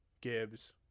Gibbs